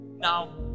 Now